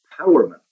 empowerment